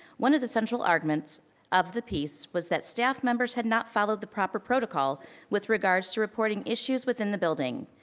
one of the central arguments of the piece was that staff members had not followed the proper protocol with regards to reporting issues within the building.